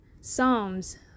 psalms